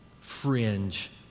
fringe